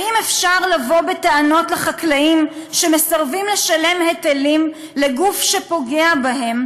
האם אפשר לבוא בטענות לחקלאים שמסרבים לשלם היטלים לגוף שפוגע בהם,